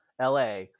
LA